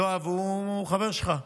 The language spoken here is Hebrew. יואב הוא חבר שלך,